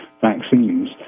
vaccines